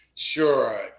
Sure